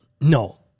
No